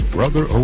Brother